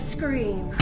Scream